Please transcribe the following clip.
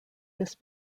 this